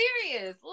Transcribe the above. serious